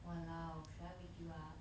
!walao! should I wake you up